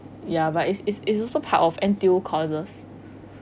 ya but it's it's it's also part of N_T_U courses